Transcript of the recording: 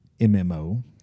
MMO